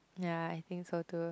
ya I think so too